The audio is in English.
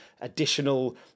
additional